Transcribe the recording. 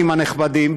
הנכבדים,